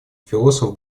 философ